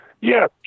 Yes